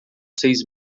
seis